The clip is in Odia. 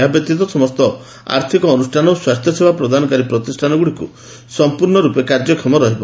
ଏହା ବ୍ୟତୀତ ସମସ୍ତ ଆର୍ଥିକ ଅନୁଷ୍ଠାନ ଓ ସ୍ୱାସ୍ଥ୍ୟସେବା ପ୍ରଦାନକାରୀ ପ୍ରତିଷ୍ଠାନଗୁଡ଼ିକ ସଂପୂର୍ଣ୍ଣରୂପେ କାର୍ଯ୍ୟକ୍ଷମ ରହିବ